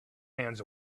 hands